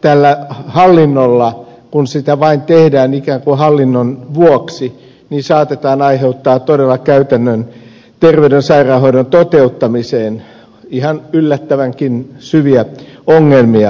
tällä hallinnolla kun sitä vain tehdään ikään kuin hallinnon vuoksi saatetaan aiheuttaa todella käytännön terveyden ja sairaanhoidon toteuttamiseen ihan yllättävänkin syviä ongelmia